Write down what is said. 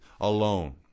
alone